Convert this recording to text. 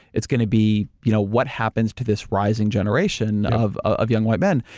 it's gonna be you know what happens to this rising generation of of young white men?